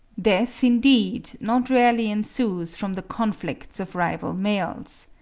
death, indeed, not rarely ensues from the conflicts of rival males.